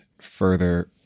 further